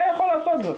היה יכול לעשות זאת.